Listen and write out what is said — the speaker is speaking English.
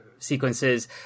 sequences